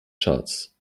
charts